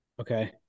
okay